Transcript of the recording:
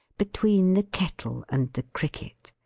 between the kettle and the cricket.